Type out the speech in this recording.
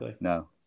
no